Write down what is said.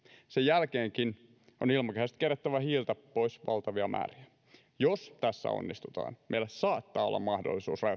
sen jälkeenkin on ilmakehästä kerättävä hiiltä pois valtavia määriä jos tässä onnistutaan meillä saattaa olla mahdollisuus